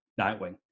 Nightwing